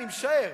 אני משער,